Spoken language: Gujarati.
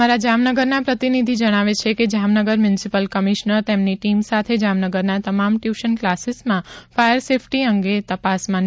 અમારા જામનગરના પ્રતિનિધિ જણાવે છે કે જામનગર મ્યુનિસિપલ કમિશનર તેમની ટીમ સાથે જામનગરના તમામ ટચૂશન ક્લાસીસમાં ફાયર સેફટી અંગે તપાસમાં નીકળ્યા હતા